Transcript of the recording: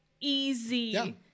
easy